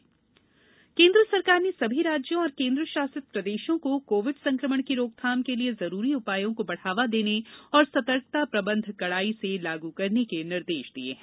केन्द्र निर्देश केन्द्र सरकार ने सभी राज्यों और केन्द्र शासित प्रदेशों को कोविड संक्रमण की रोकथाम के लिये जरूरी उपायों को बढ़ावा देने और सतर्कता प्रबंध कड़ाई से लागू करने के निर्देश दिये हैं